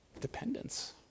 dependence